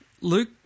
Luke